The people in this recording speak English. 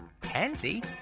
pansy